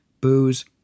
booze